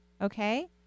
okay